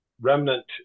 remnant